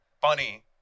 funny